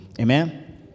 Amen